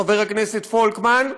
חבר הכנסת פולקמן,